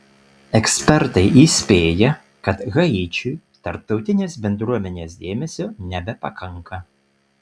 ekspertai įspėja kad haičiui tarptautinės bendruomenės dėmesio nebepakanka